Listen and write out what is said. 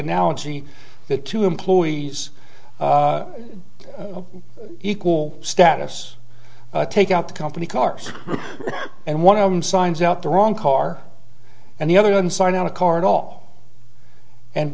analogy that two employees of equal status take out the company cars and one of them signs out the wrong car and the other one sign on a car at all and